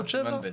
בסימן ב'.